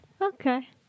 Okay